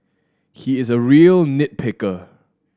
he is a real nit picker